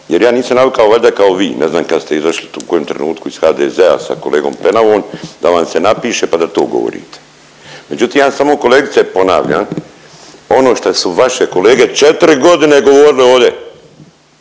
jer ja nisam navikao valjda kao vi, ne znam kad ste izašli tu u kojem trenutku iz HDZ-a sa kolegom Penavom da vam se napiše, pa da to govorite. Međutim, ja samo, kolegice ponavljam ono što su vaše kolege 4 godine govorile ode.